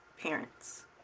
parents